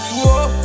whoa